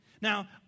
Now